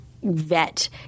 vet